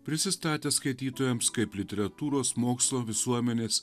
prisistatė skaitytojams kaip literatūros mokslo visuomenės